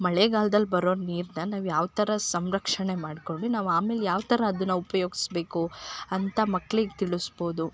ಮಳೆಗಾಲ್ದಲ್ಲಿ ಬರೋ ನೀರನ್ನ ನಾವು ಯಾವ ಥರ ಸಂರಕ್ಷಣೆ ಮಾಡ್ಕೊಳೊ ನಾವು ಆಮೇಲೆ ಯಾವ ಥರ ಅದನ್ನು ಉಪಯೋಗಿಸ್ಬೇಕು ಅಂತ ಮಕ್ಳಿಗೆ ತಿಳಿಸ್ಬೋದು